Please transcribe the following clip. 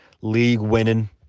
league-winning